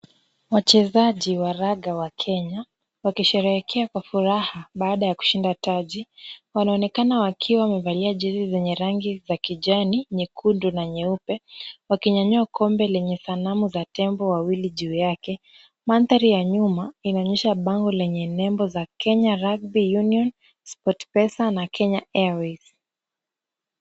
Wachezaji wa raga wa Kenya wakisherehekea kwa furaha baada ya kushinda taji. Wanaonekana wakiwa wamevalia jezi zenye rangi za kijani, nyekundu na nyeupe wakinyanyua kombe yenye sanamu za tembo wawili juu yake. Mandhari ya nyuma inaonyesha bango lenye nembo za Kenya Rugby Union, Sport Pesa na Kenya Airways .